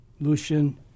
Lucian